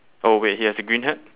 oh wait he has a green hat